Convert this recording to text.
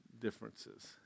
differences